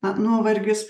na nuovargis